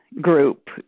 group